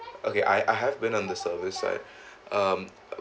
okay I I have been on the service I've um